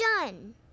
done